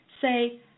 Say